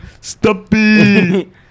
Stumpy